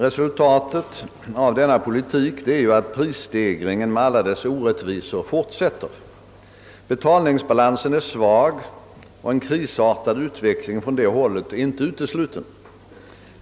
Resultatet av denna politik är att prisstegringen med alla dess orättvisor fortsätter. Betalningsbalansen är svag och en krisartad utveckling är inte utesluten.